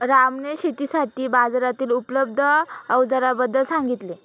रामने शेतीसाठी बाजारातील उपलब्ध अवजारांबद्दल सांगितले